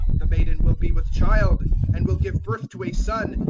the maiden will be with child and will give birth to a son,